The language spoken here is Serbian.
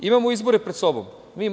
Imamo izbore pred sobom.